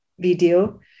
video